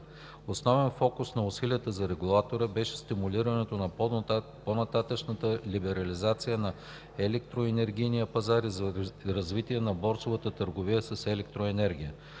Основен фокус на усилията на регулатора беше стимулирането на по-нататъшната либерализация на електроенергийния пазар и развитие на борсовата търговия с електроенергия,